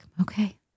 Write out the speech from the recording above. okay